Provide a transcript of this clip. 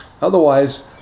otherwise